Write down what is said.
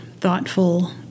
thoughtful